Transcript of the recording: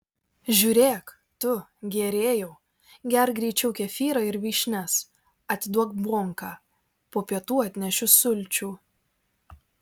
žiūrėk tu gėrėjau gerk greičiau kefyrą ir vyšnias atiduok bonką po pietų atnešiu sulčių